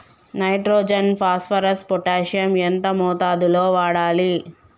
Nitrogen phosphorus potassium ఎంత మోతాదు లో వాడాలి?